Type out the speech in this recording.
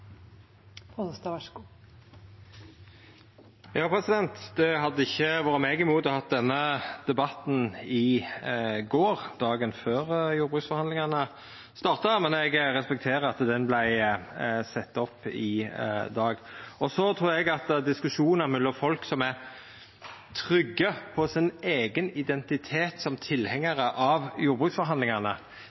Det hadde ikkje vore meg imot å ha denne debatten i går, dagen før jordbruksforhandlingane starta, men eg respekterer at han vart sett opp i dag. Så trur eg at i diskusjonar mellom folk som er trygge på sin eigen identitet som tilhengarar av jordbruksforhandlingane,